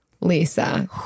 Lisa